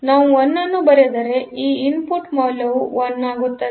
ನಾವು 1 ಅನ್ನು ಬರೆದರೆ ಈ ಇನ್ಪುಟ್ ಮೌಲ್ಯವು 1 ಆಗುತ್ತದೆ